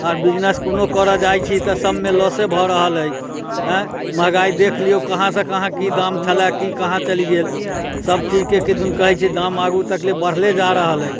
आ बिजनेस कोनो करऽ जाइ छी तऽ सभमे लौस भऽ रहल अछि एँ महॅंगाइ देख लियौ कहाँ से कहाँ की दाम छेलै की कहाँ चलि गेल सभ चीजके किदन कहै छै दाम आगू तक ले बढ़ले जा रहल अछि